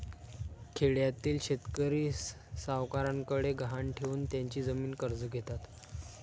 खेड्यातील शेतकरी सावकारांकडे गहाण ठेवून त्यांची जमीन कर्ज घेतात